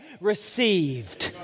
received